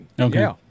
Okay